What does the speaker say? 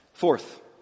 Fourth